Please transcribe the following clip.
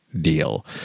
deal